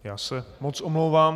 Já se moc omlouvám.